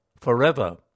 forever